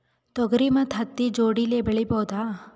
ತೊಗರಿ ಮತ್ತು ಹತ್ತಿ ಜೋಡಿಲೇ ಬೆಳೆಯಬಹುದಾ?